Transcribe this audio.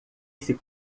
esse